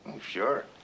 Sure